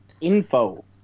Info